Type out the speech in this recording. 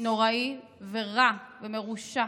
נוראי ורע ומרושע